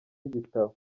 igitabo